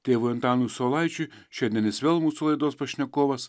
tėvui antanui saulaičiui šiandien jis vėl mūsų laidos pašnekovas